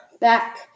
back